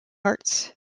arts